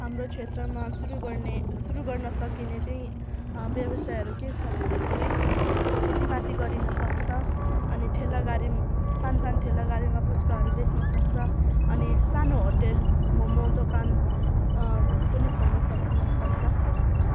हाम्रो क्षेत्रमा सुरु गर्ने सुरु गर्न सकिने चाहिँ व्यवसायहरू के छ भन्दाखेरि खेतीपाती गरिन सक्छ अनि ठेला गाडी पनि सानसानो ठेला गारीमा पुच्काहरू बेच्नु सक्छ अनि सानु होटेल मोमो दोकान पनि खोल्न सक्नु सक्छ